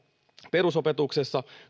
perusopetuksessa